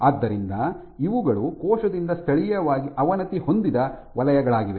ಆದ್ದರಿಂದ ಇವುಗಳು ಕೋಶದಿಂದ ಸ್ಥಳೀಯವಾಗಿ ಅವನತಿ ಹೊಂದಿದ ವಲಯಗಳಾಗಿವೆ